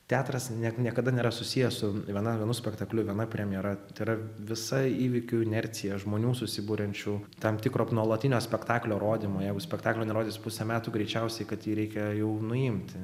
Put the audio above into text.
teatras net niekada nėra susijęs su viena vienu spektakliu viena premjera yra visa įvykių inercija žmonių susiburiančių tam tikro nuolatinio spektaklio rodymo jeigu spektaklio nerodysi pusę metų greičiausiai kad jį reikia jau nuimti